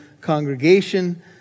congregation